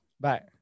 Bye